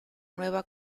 nueva